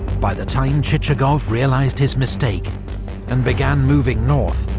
by the time chichagov realised his mistake and began moving north,